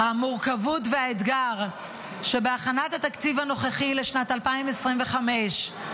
המורכבות והאתגר שבהכנת התקציב הנוכחי לשנת 2025,